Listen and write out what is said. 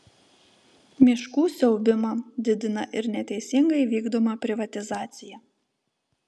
miškų siaubimą didina ir neteisingai vykdoma privatizacija